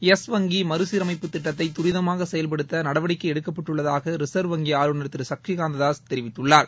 yes வங்கி மறுசீரமைப்பு திட்டத்தை தரிதமாக செயல்படுத்த நடவடிக்கை எடுக்கப்பட்டுள்ளதாக ரிசர்வ் வங்கி ஆளுநர் திரு ஷக்தி காந்ததாஸ் தெரிவித்துள்ளார்